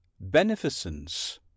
beneficence